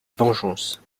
vengeance